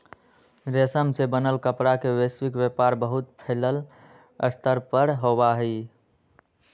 रेशम से बनल कपड़ा के वैश्विक व्यापार बहुत फैल्ल स्तर पर होबा हई